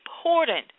important